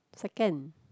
second